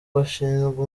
abashinzwe